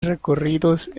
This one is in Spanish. recorridos